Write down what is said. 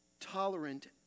Tolerant